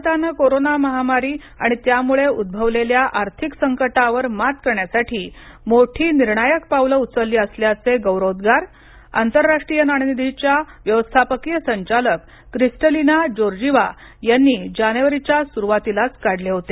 भारताने कोरोना महामारी आणि त्यामुळे उद्भवलेल्या आर्थिक संकटावर मात करण्यासाठी मोठी निर्णायक पावलं उचलली असल्याचे गौरवोद्गार आंतरराष्ट्रीय नाणेनिधीच्या व्यवस्थापकीय संचालक क्रिस्टालीना जोर्जीवा यांनी जानेवारीच्या सुरवातीलाच काढले केले होते